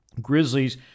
Grizzlies